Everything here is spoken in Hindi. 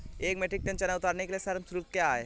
एक मीट्रिक टन चना उतारने के लिए श्रम शुल्क क्या है?